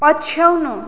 पछ्याउनु